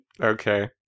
Okay